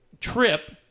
trip